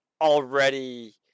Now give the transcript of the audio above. already